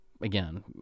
again